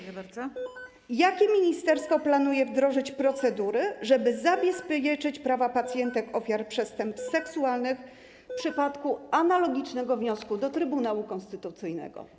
Jakie ministerstwo planuje wdrożyć procedury, żeby zabezpieczyć prawa pacjentek ofiar przestępstw seksualnych w przypadku analogicznego wniosku do Trybunału Konstytucyjnego?